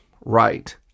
Right